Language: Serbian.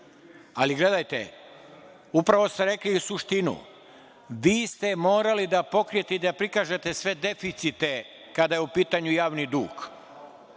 Ali, gledajte, upravo ste rekli suštinu. Vi ste morali da pokrijete i da prikažete sve deficite, kada je u pitanju javni dug